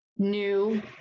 new